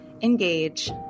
Engage